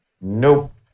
nope